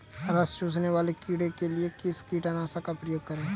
रस चूसने वाले कीड़े के लिए किस कीटनाशक का प्रयोग करें?